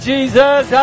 Jesus